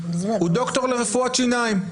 הוא דוקטור לרפואת שיניים.